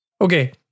Okay